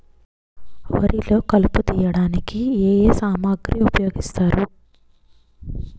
వరిలో కలుపు తియ్యడానికి ఏ ఏ సామాగ్రి ఉపయోగిస్తారు?